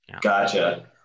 Gotcha